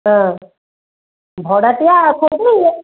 ହଁ ଭଡ଼ାଟିଆ ଅଛନ୍ତି